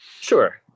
Sure